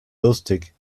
lustig